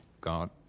God